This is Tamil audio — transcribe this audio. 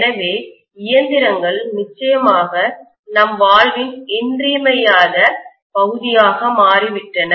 எனவே இயந்திரங்கள் நிச்சயமாக நம் வாழ்வின் இன்றியமையாத பகுதியாக மாறிவிட்டன